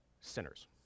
sinners